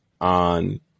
on